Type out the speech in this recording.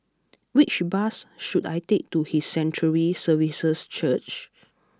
which bus should I take to His Sanctuary Services Church